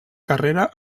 carrera